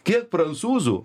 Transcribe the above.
kiek prancūzų